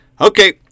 Okay